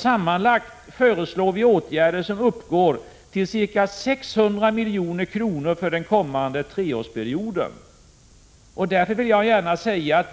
Sammanlagt föreslår vi åtgärder som uppgår till ca 600 milj.kr. för den kommande treårsperioden.